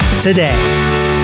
today